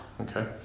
okay